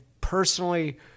personally